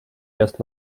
erst